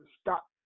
stop